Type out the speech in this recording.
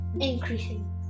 increasing